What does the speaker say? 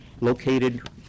located